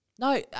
No